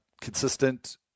consistent